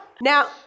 Now